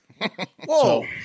Whoa